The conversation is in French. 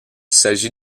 s’agit